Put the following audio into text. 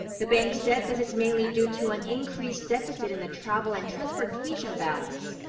the bank said this is mainly due to an increased deficit in the travel and transportation balance.